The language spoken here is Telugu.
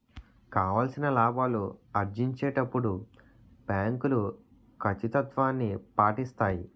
కావాల్సిన లాభాలు ఆర్జించేటప్పుడు బ్యాంకులు కచ్చితత్వాన్ని పాటిస్తాయి